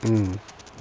mm